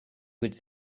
would